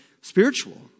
spiritual